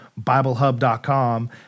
Biblehub.com